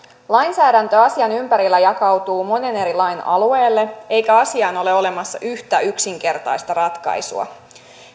lainsäädäntö asian ympärillä jakautuu monen eri lain alueelle eikä asiaan ole olemassa yhtä yksinkertaista ratkaisua